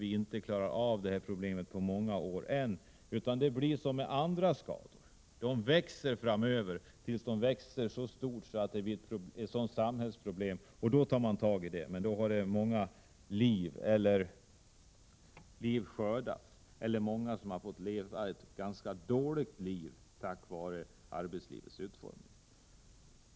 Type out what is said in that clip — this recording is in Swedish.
I stället kan det bli på samma sätt som med andra typer av skador, dvs. att man tar itu med dem först när deras antal växt i sådan omfattning att de blivit ett samhällsproblem. Då har många liv skördats eller åtminstone många fått ett ganska dåligt liv på grund av arbetslivets utformning.